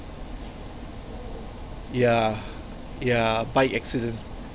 yeah yeah bike accident